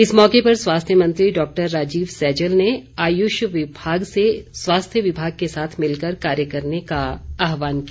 इस मौके पर स्वास्थ्य मंत्री डॉक्टर राजीव सैजल ने आयुष विभाग को स्वास्थ्य विभाग से साथ मिलकर कार्य करने का आह्वान किया